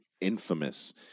infamous